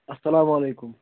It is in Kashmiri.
السلامُ علیکُم